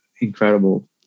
incredible